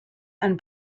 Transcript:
and